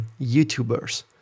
YouTubers